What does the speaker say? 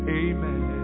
amen